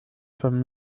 von